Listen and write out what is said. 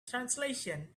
translation